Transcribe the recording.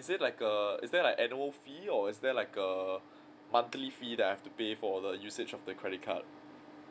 is it like a is there like annual fee or is there like a monthly fee that I have to pay for the usage of the credit card